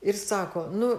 ir sako nu